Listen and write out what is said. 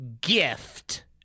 gift